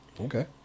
Okay